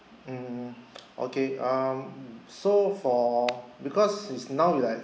mm okay um so for because it's now like